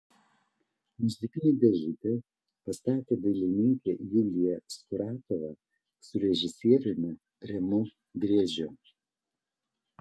muzikinę dėžutę pastatė dailininkė julija skuratova su režisieriumi rimu driežiu